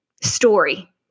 story